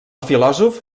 filòsof